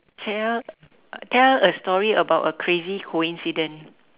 tell tell a story about a crazy coincidence